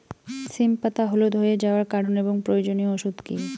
সিম পাতা হলুদ হয়ে যাওয়ার কারণ এবং প্রয়োজনীয় ওষুধ কি?